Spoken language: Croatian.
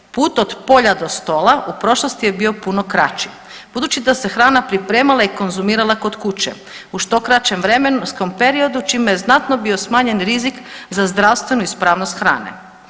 Put od polja do stola u prošlosti je bio puno kraći budući da se hrana pripremala i konzumirala kod kuće, u što kraćem vremenskom periodu čime je znatno bio smanjen za rizik za zdravstvenu ispravnost hrane.